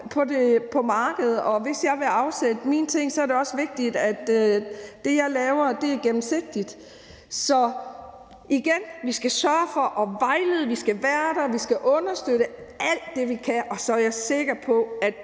på markedet, og hvis jeg vil afsætte mine ting, er det også vigtigt, at det, jeg laver, er gennemsigtigt. Så igen vil jeg sige, at vi skal sørge for at vejlede, vi skal være der, og vi skal understøtte alt det, vi kan. Og så er jeg sikker på, at